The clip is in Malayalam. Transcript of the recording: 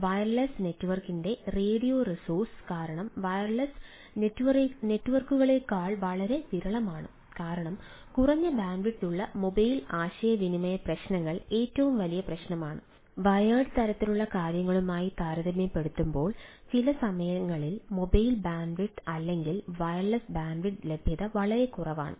അതിനാൽ വയർലെസ് നെറ്റ്വർക്കിന്റെ റേഡിയോ റിസോഴ്സ് കാരണം വയർലെസ് നെറ്റ്വർക്കുകളേക്കാൾ വളരെ വിരളമാണ് കാരണം കുറഞ്ഞ ബാൻഡ്വിഡ്ത്ത് ഉള്ള മൊബൈൽ ബാൻഡ്വിഡ്ത്ത് അല്ലെങ്കിൽ വയർലെസ് ബാൻഡ്വിഡ്ത്ത് ലഭ്യത വളരെ കുറവാണ്